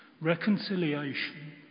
reconciliation